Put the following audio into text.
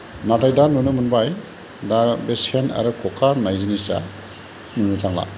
नाथाय दा नुनो मोनबाय दा बे सेन आरो ख'खा होननाय जिनिसा नुनो थांला